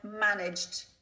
managed